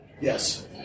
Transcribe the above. Yes